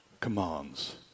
commands